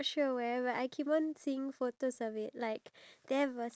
uh yes exactly